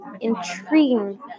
intriguing